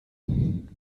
mean